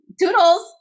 Toodles